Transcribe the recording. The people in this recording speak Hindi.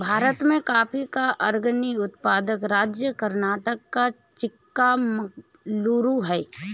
भारत में कॉफी का अग्रणी उत्पादक राज्य कर्नाटक का चिक्कामगलूरू है